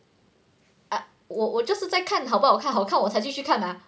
哎我我就是在看好不好看好看我才继续看啦